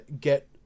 get